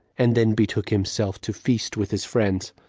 and then betook himself to feast with his friends.